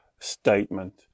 statement